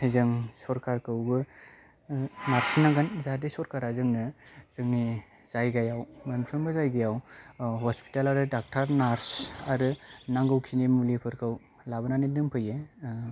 जों सरखारखौबो नारसिनांगोन जाहाथे सरखारा जोंनो जोंनि जायगायाव मोनफ्रोमबो जायगायाव हस्पिताल आरो डक्टर नार्स आरो नांगौखिनि मुलिफोरखौ लाबोनानै दोनफैयो